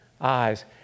eyes